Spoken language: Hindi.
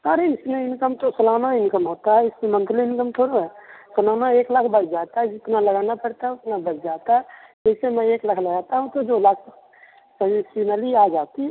अरे इसमें इन्कम तो सालाना इन्कम होता है इसमें मंथली इन्कम थोड़े है सालाना एक लाख बच जाता है जितना लगाना पड़ता है उतना बच जाता है जैसे मैं एक लाख लगाता हूँ तो दो लाख फाइनैंनसिनली आ जाती है